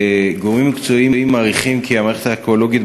גורמים מקצועיים מעריכים כי המערכת האקולוגית